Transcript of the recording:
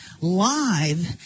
live